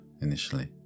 initially